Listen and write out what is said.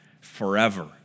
forever